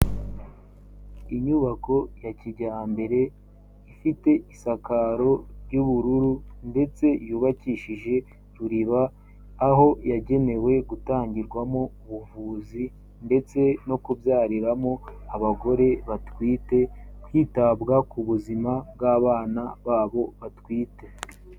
Inyubako ya kijyambere ifite isakaro ry'ubururu ndetse yubakishije ruriba, aho yagenewe gutangirwamo ubuvuzi ndetse no kubyariramo abagore batwite, hitabwa ku buzima bw'abana babo batwite.